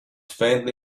faintly